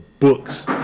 books